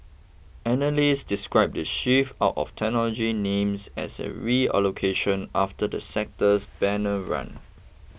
analysts described the shift out of technology names as a reallocation after the sector's banner run